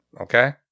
okay